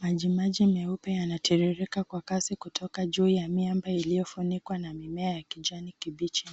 Maji maji meupe yanatiririka kwa kasi kutoka juu ya miamba iliyofunikwa na mimea ya kijani kibichi.